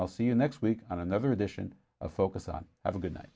i'll see you next week on another edition of focus on have a good night